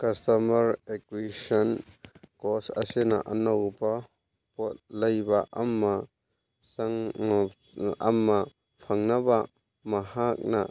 customer ꯑꯦꯀ꯭ꯌꯨꯁꯟ ꯀꯣꯁ ꯑꯁꯤꯅ ꯑꯅꯧꯕ ꯄꯣꯠ ꯂꯩꯕ ꯑꯃ ꯑꯃ ꯐꯪꯅꯕ ꯃꯍꯥꯛꯅ